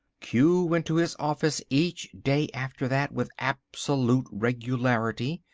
q went to his office each day after that with absolute regularity.